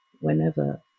whenever